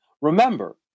Remember